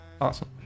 awesome